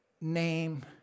name